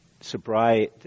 sobriety